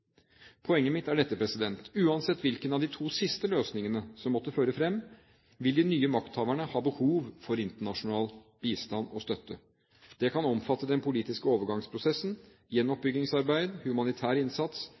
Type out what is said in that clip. Poenget mitt er dette: Uansett hvilken av de to siste løsningene som måtte føre fram, vil de nye makthaverne ha behov for internasjonal bistand og støtte. Det kan omfatte den politiske overgangsprosessen, gjenoppbyggingsarbeid, humanitær innsats,